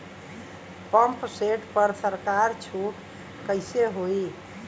Pump set पर सरकार छूट कईसे होई?